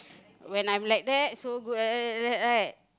when I'm like that so right